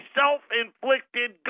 self-inflicted